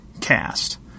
cast